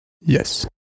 Yes